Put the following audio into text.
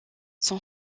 son